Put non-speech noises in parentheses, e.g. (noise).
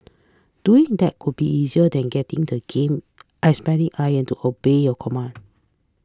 doing that would be easier than getting the game (unintelligible) lion to obey your command